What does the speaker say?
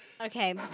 Okay